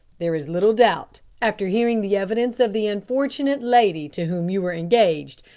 there is little doubt, after hearing the evidence of the unfortunate lady to whom you were engaged,